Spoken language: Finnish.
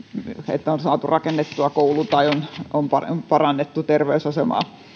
että on saatu rakennettua koulu tai on on parannettu terveysasemaa